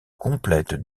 complète